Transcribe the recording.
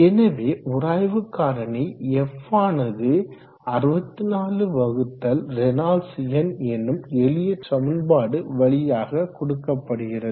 எனவே உராய்வு காரணி f ஆனது 64 வகுத்தல் ரேனால்ட்ஸ் எண் எனும் எளிய சமன்பாடு வழியாக கொடுக்கப்படுகிறது